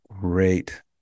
great